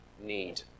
need